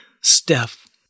Steph